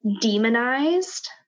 demonized